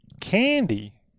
candy